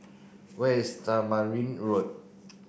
where is Tamarind Road